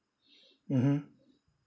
mmhmm